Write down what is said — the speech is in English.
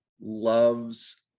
loves